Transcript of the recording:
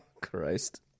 Christ